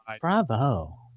Bravo